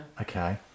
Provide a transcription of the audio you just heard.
Okay